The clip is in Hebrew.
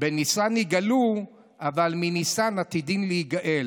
בניסן נגאלו אבל מניסן עתידין להיגאל.